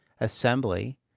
assembly